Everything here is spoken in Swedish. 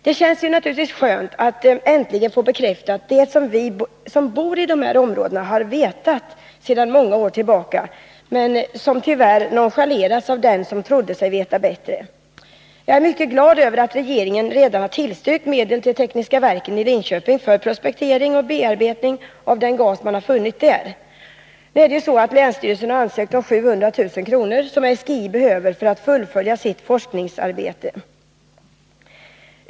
Det känns naturligtvis skönt att äntligen få bekräftat det som vi som bor i dessa områden har vetat sedan många år tillbaka, men som tyvärr har nonchalerats av dem som trodde sig veta bättre. Jag är mycket glad över att regeringen redan har tillstyrkt medel till Tekniska Verken i Linköping för prospektering och bearbetning av den gas som man har funnit där. Länsstyrelsen i Östergötland har nu ansökt om 700 000 kr., som SGI behöver för att fullfölja sitt forskningsarbete.